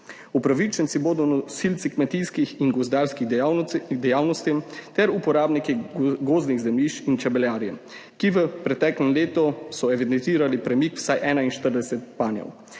Upravičenci bodo nosilci kmetijskih in gozdarskih dejavnosti ter uporabniki gozdnih zemljišč in čebelarji, ki so v preteklem letu evidentirali premik vsaj 41 panjev.